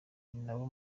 ninabwo